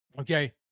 Okay